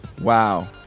Wow